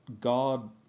God